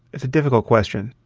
it's a difficult question.